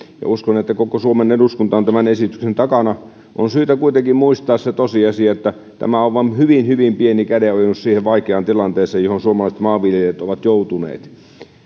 ja uskon että koko suomen eduskunta on tämän esityksen takana on syytä kuitenkin muistaa se tosiasia että tämä on vain hyvin hyvin pieni kädenojennus siihen vaikeaan tilanteeseen johon suomalaiset maanviljelijät ovat joutuneet